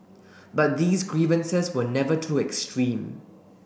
but these grievances were never too extreme